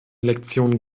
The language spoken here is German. lektion